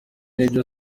nibyo